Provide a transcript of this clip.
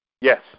Yes